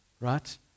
right